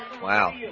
Wow